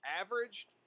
averaged